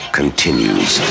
continues